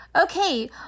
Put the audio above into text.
Okay